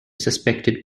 suspected